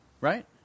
right